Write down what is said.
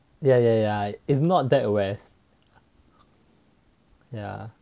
ya ya ya it's not that west ya